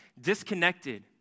disconnected